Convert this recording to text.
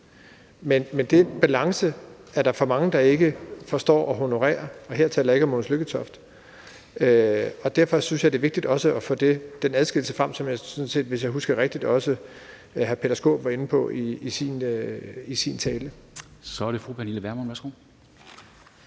Men den balance er der for mange, der ikke forstår at honorere, og her taler jeg ikke om Mogens Lykketoft, og derfor synes jeg, det er vigtigt også at få den adskillelse frem, som, hvis jeg husker rigtigt, hr. Peter Skaarup sådan set også var inde på i sin tale. Kl. 13:43 Formanden